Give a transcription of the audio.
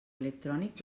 electrònic